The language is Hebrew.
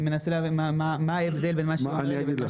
אני מנסה להבין בין מה שאתה אומר לבין מה שהיא אומרת.